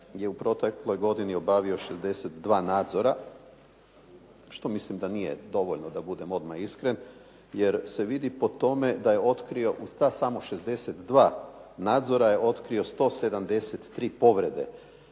je u protekloj godini obavio 62 nadzora što mislim da nije dovoljno da budem odmah iskren, jer se vidi po tome da je otkrio u ta samo 62 nadzora je otkrio 170 povrede